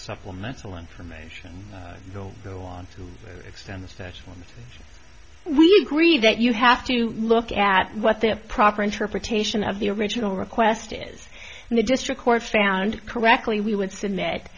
supplemental information don't go on to extend the statue and we agree that you have to look at what the proper interpretation of the original request is and the district court found correctly we would submit